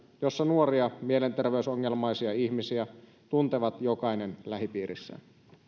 jossa nuoria mielenterveysongelmaisia ihmisiä tuntee jokainen lähipiirissään